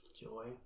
Joy